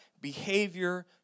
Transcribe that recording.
behavior